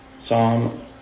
Psalm